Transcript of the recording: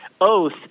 oath